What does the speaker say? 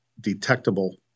detectable